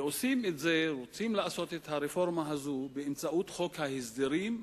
ורוצים לעשות את הרפורמה הזו באמצעות חוק ההסדרים,